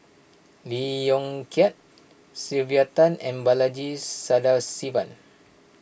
Lee Yong Kiat Sylvia Tan and Balaji Sadasivan